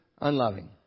unloving